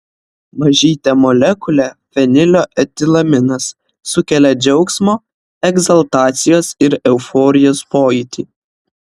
mažytė molekulė fenilo etilaminas sukelia džiaugsmo egzaltacijos ir euforijos pojūtį